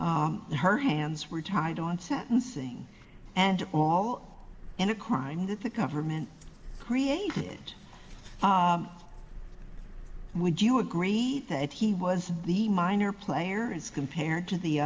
her hands were tied on sentencing and all in a crime that the government created would you agree that he was the minor player as compared to the